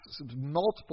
multiple